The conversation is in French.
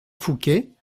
fouquet